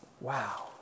Wow